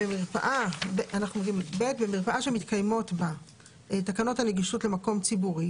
במרפאה שמתקיימות בה תקנות הנגישות למקום ציבורי